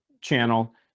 channel